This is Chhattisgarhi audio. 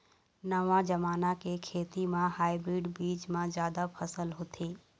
नवा जमाना के खेती म हाइब्रिड बीज म जादा फसल होथे